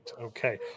Okay